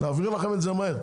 נעביר לכם את זה מהר.